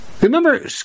Remember